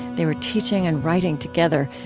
they were teaching and writing together,